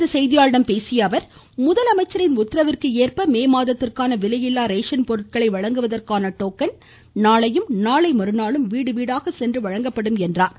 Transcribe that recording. இன்று செய்தியாளர்களிடம் பேசிய அவர் மதுரையில் முதலமைச்சரின் உத்தரவிற்கேற்ப மே மாதத்திற்கான விலையில்லா ரேஷன் பொருட்களை வழங்குவதற்கான டோக்கன் நாளையும் நாளை மறுநாளும் வீடு வீடாக சென்று வழங்கப்படும் என்றார்